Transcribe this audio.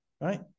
right